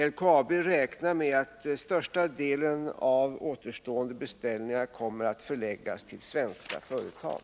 LKAB räknar med att största delen av återstående beställningar kommer att förläggas till svenska företag.